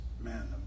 man